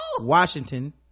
washington